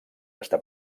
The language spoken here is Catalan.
està